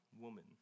woman